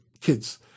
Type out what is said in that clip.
kids